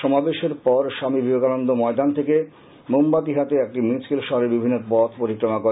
সমাবেশের পর স্বামী বিবেকানন্দ ময়দান থেকে মোমবাতি হাতে একটি মিছিল শহরের বিভিন্ন পথ পরিক্রমা করে